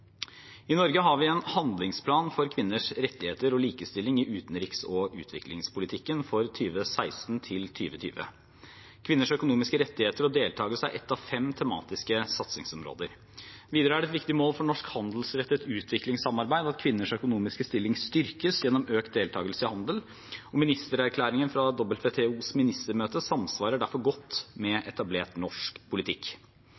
I Norge har vi en handlingsplan for kvinners rettigheter og likestilling i utenriks- og utviklingspolitikken for 2016–2020. Kvinners økonomiske rettigheter og deltakelse er ett av fem tematiske satsingsområder. Videre er det et viktig mål for norsk handelsrettet utviklingssamarbeid at kvinners økonomiske stilling styrkes gjennom økt deltakelse i handel. Ministererklæringen fra WTOs ministermøte samsvarer derfor godt